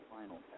final